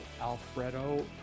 alfredo